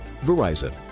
Verizon